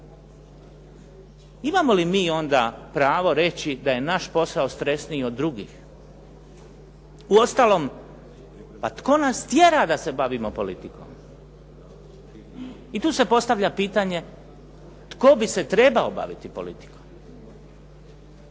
Imamo li mi onda pravo reći da je naš posao stresniji od drugih? U ostalom, a tko nas tjera da se bavimo politikom? I tu se postavlja pitanje tko bi se trebao baviti politikom?